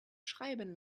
schreiben